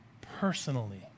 personally